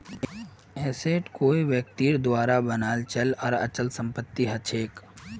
asset कोई व्यक्तिर द्वारा बनाल चल आर अचल संपत्ति हछेक